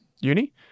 Uni